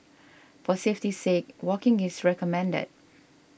for safety's sake walking is recommended